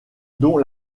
dont